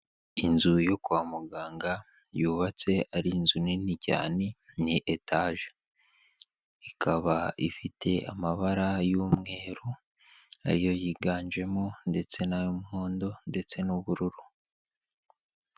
Inzu yo kwa muganga yubatse ari inzu nini cyane ni etaje, ikaba ifite amabara y'umweru na yo yiganjemo ndetse n'ay'umuhondo ndetse n'ubururu.